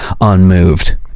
unmoved